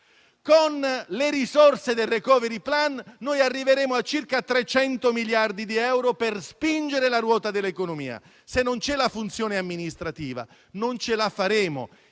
le risorse del *recovery plan* arriveremo a circa 300 miliardi di euro per spingere la ruota dell'economia. Se non c'è la funzione amministrativa, non ce la faremo